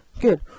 Good